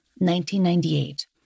1998